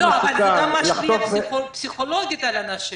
--- זה גם משפיע פסיכולוגית על אנשים.